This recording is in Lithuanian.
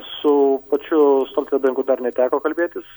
su pačiu stoltebengu dar neteko kalbėtis